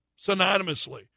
synonymously